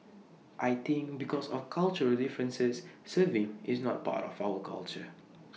I think because of cultural differences serving is not part of our culture